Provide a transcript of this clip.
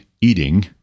eating